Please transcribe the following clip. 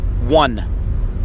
one